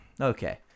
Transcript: Okay